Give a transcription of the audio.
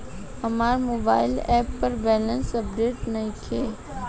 हमार mobile app पर balance update नइखे